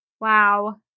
Wow